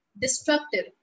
destructive